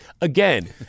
Again